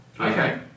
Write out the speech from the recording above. Okay